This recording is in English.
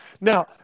Now